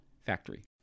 Factory